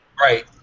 Right